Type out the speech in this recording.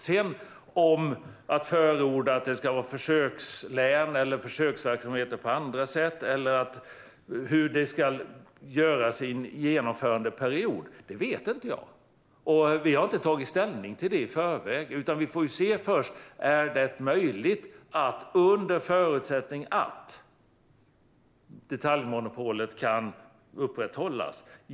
Om vi sedan ska förorda att det ska vara försökslän eller försöksverksamheter på andra sätt eller hur det annars ska göras i en genomförandeperiod vet inte jag. Vi har inte tagit ställning till det i förväg. Vi får först se om det är möjligt att genomföra något sådant här under förutsättning att detaljmonopolet kan upprätthållas.